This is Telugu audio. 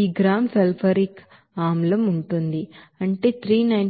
ఈ గ్రాము సల్ఫ్యూరిక్ ಆಸಿಡ್ ఉంటుంది అంటే 392